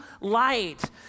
light